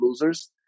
losers